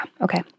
Okay